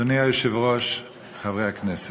אדוני היושב-ראש, חברי הכנסת,